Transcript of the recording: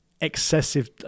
excessive